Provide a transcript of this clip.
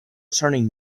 turning